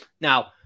Now